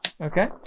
okay